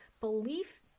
belief